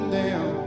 down